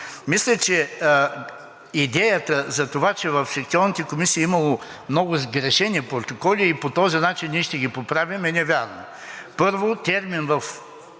Мисля, че идеята за това, че в секционните комисии е имало много сгрешени протоколи и по този начин ние ще ги поправим, е невярно. Първо, термин в